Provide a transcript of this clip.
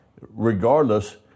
regardless